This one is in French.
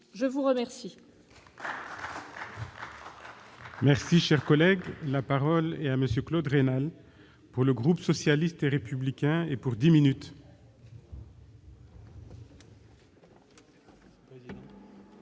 de vous remercier,